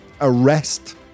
arrest